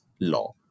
law